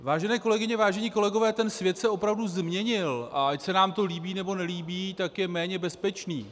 Vážené kolegyně, vážení kolegové, svět se opravdu změnil, a ať se nám to líbí, nebo nelíbí, tak je méně bezpečný.